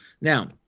Now